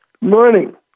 Morning